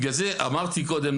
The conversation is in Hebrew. בגלל זה אמרתי קודם,